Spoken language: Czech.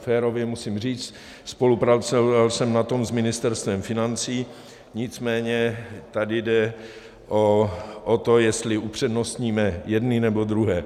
Férově musím říct, spolupracoval jsem na tom s Ministerstvem financí, nicméně tady jde o to, jestli upřednostníme jedny, nebo druhé.